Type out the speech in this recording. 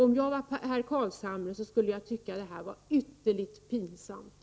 Om jag var herr Carlshamre skulle jag tycka det här var ytterligt pinsamt.